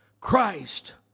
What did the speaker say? Christ